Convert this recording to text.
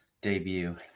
debut